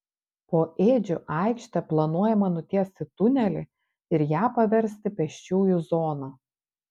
po ėdžių aikšte planuojama nutiesti tunelį ir ją paversti pėsčiųjų zona